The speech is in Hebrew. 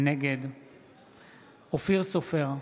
נגד אופיר סופר,